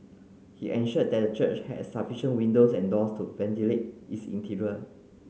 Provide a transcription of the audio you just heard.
he ensured that the church had sufficient windows and doors to ventilate its interior